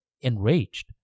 enraged